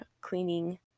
cleaning